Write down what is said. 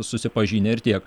susipažinę ir tiek